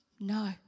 no